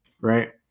right